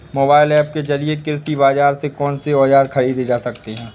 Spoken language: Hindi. मोबाइल ऐप के जरिए कृषि बाजार से कौन से औजार ख़रीदे जा सकते हैं?